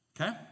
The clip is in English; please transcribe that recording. Okay